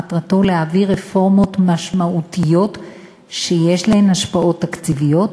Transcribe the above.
מטרתו להעביר רפורמות משמעותיות שיש להן השפעות תקציביות,